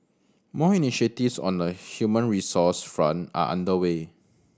more initiatives on the human resource front are under way